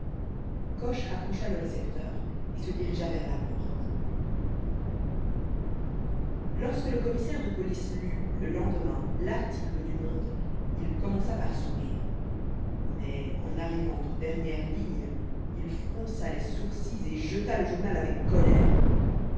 coche raccrocha le récepteur et se dirigea vers la porte lorsque le commissaire de police lut le lendemain l'article du monde il commença par sourire mais en arrivant aux dernières lignes il fronça les sourcils et jeta le journal avec colère